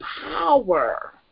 power